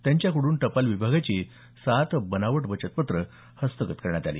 त्यांच्याकडून टपाल विभागाची सात बनावट बचत पत्रं हस्तगत करण्यात आली